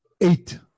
Eight